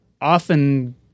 often